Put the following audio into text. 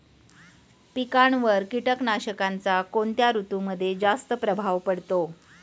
पिकांवर कीटकनाशकांचा कोणत्या ऋतूमध्ये जास्त प्रभाव पडतो?